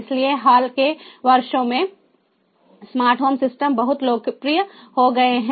इसलिए हाल के वर्षों में स्मार्ट होम सिस्टम बहुत लोकप्रिय हो गए हैं